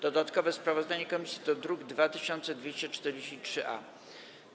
Dodatkowe sprawozdanie komisji to druk nr 2243-A.